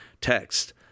text